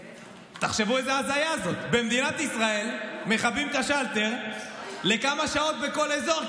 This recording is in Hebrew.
תחשבו איזו הזיה זאת: במדינת ישראל מכבים את השלטר לכמה שעות בכל אזור,